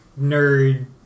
nerd